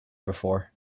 before